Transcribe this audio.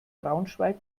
braunschweig